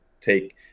take